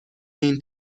این